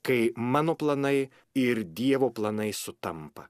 kai mano planai ir dievo planai sutampa